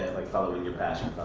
following your passion,